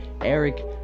Eric